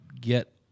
get